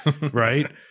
right